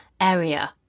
area